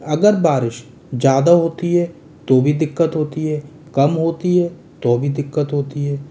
अगर बारिश ज़्यादा होती है तो भी दिक्कत होती है कम होती है तो भी दिक्कत होती है